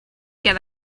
get